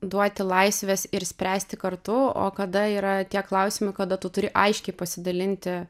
duoti laisvės ir spręsti kartu o kada yra tie klausimai kada tu turi aiškiai pasidalinti